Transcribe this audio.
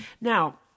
Now